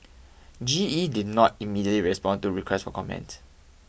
G E did not immediately respond to requests for comment